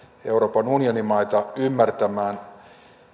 euroopan unionin maita ymmärtämään